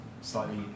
slightly